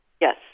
Yes